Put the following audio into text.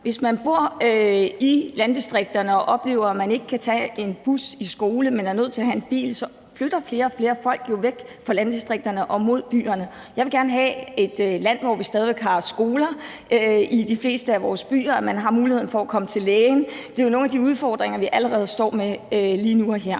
Hvis man bor i landdistrikterne og oplever, at man ikke kan tage en bus i skole, men at man er nødt til at have en bil, så flytter flere og flere folk jo væk fra landdistrikterne og mod byerne. Jeg vil gerne have et land, hvor vi stadig væk har skoler i de fleste af vores byer, og hvor man har muligheden for at komme til lægen, og det er jo nogle af de udfordringer, vi allerede står med lige nu og her.